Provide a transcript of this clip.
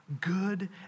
Good